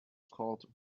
called